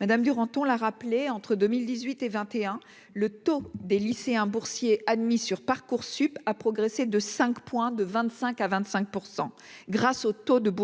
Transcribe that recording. madame Duranton la rappeler, entre 2018 et 21 le taux des lycéens boursiers admis sur Parcoursup a progressé de 5, de 25 à 25 % grâce au taux de boursiers